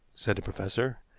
said the professor.